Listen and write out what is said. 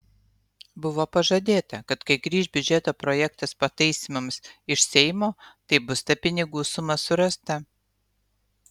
buvo pažadėta kad kai grįš biudžeto projektas pataisymams iš seimo tai bus ta pinigų suma surasta